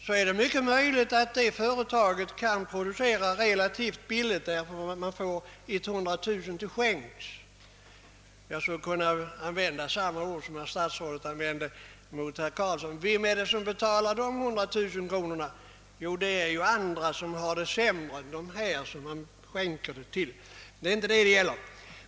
Det är mycket möjligt att företaget i fråga kan producera relativt billigt eftersom det får 100 000 kronor till skänks, men jag skulle kunna säga som statsrådet sade till herr Karlsson i Huddinge: Vem är det som betalar dessa 100 000 kronor, om inte andra som har det sämre än dem som får pengarna? Det är emellertid inte närmast detta saken gäller.